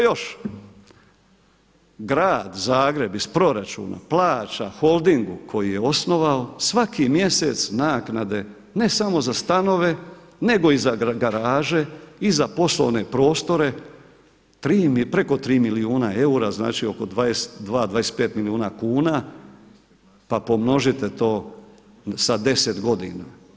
Grad Zagreb iz proračuna plaća Holdingu koji je osnovao svaki mjesec naknade ne samo za stanove nego i za garaže i za poslovne prostore preko 3 milijuna eura, znači oko 22, 25 milijuna kuna, pa pomnožite to sa 10 godina.